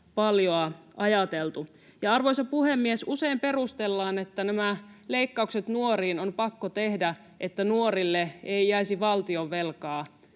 paljon ajateltu. Arvoisa puhemies! Usein perustellaan, että nämä leikkaukset nuoriin on pakko tehdä, että nuorille ei jäisi valtionvelkaa.